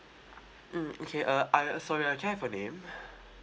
mm okay uh ah sorry ah can I have your name